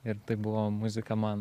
ir tai buvo muzika man